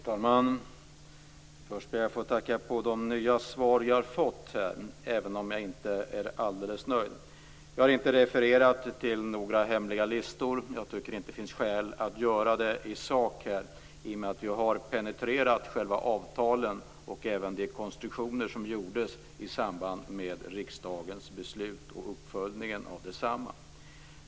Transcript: Herr talman! Först ber jag att få tacka för de nya svar som jag har fått, även om jag inte är alldeles nöjd. Jag har inte refererat till några hemliga listor. Jag tycker inte att det finns skäl att göra det i sak i och med att jag har penetrerat själva avtalen och även de konstruktioner som gjordes i samband med riksdagens beslut och uppföljningen av desamma.